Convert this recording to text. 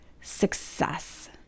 success